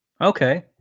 Okay